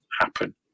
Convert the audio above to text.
happen